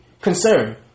concern